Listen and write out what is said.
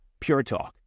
PureTalk